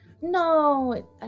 No